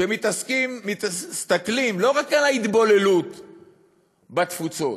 שמסתכלים לא רק על ההתבוללות בתפוצות,